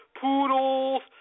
Poodles